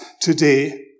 today